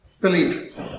believe